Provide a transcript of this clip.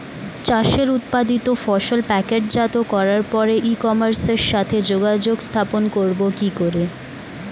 চাষের উৎপাদিত ফসল প্যাকেটজাত করার পরে ই কমার্সের সাথে যোগাযোগ স্থাপন করব কি করে?